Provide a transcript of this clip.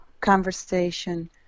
conversation